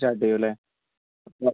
start ചെയ്യും അല്ലേ ആ